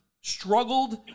struggled